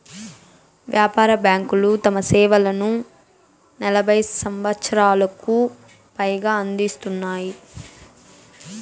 వ్యాపార బ్యాంకులు తమ సేవలను నలభై సంవచ్చరాలకు పైగా అందిత్తున్నాయి